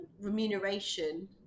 remuneration